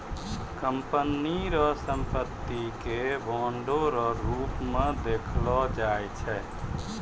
company रो संपत्ति के बांडो रो रूप मे देखलो जाय छै